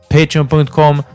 patreon.com